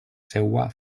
seua